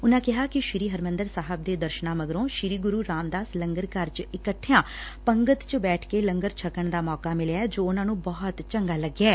ਉਨਾਂ ਕਿਹਾ ਕਿ ਸ੍ਰੀ ਹਰਿਮੰਦਰ ਸਾਹਿਬ ਦੇ ਦਰਸਨਾਂ ਮਗਰੋਂ ਸ੍ਰੀ ਗੁਰੁ ਰਾਮਦਾਸ ਲੰਗਰ ਘਰ ਚ ਇਕੱਠਿਆ ਪੰਗਤ ਚ ਬੈਠ ਕੇ ਲੰਗਰ ਛੱਕਣ ਦਾ ਸੌਕਾ ਮਿਲਿਐ ਜੋ ਉਨੂਾ ਨੂੰ ਬਹੁਤ ਚੰਗਾ ਲਗਿਐ